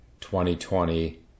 2020